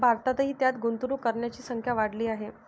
भारतातही त्यात गुंतवणूक करणाऱ्यांची संख्या वाढली आहे